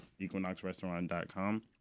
equinoxrestaurant.com